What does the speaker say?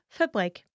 fabrik